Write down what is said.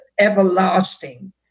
everlasting